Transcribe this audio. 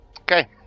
Okay